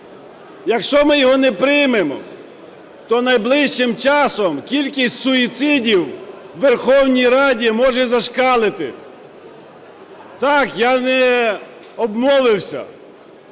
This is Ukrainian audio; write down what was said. Якщо ми його не приймемо, то найближчим часом кількість суїцидів у Верховній Раді може зашкалити. Так, я не обмовився.